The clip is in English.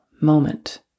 moment